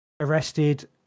arrested